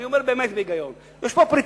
אני אומר באמת בהיגיון: יש פה פריטים